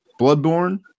Bloodborne